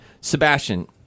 Sebastian